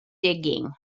digging